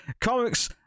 comics